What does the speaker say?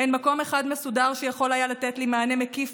אין מקום אחד מסודר שיכול היה לתת לי מענה מקיף